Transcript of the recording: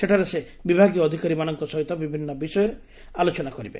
ସେଠାରେ ସେ ବିଭାଗୀୟ ଅଧିକାରୀମାନଙ୍କ ସହିତ ବିଭିନ୍ନ ବିଷୟରେ ଉପରେ ଆଲୋଚନା କରିବେ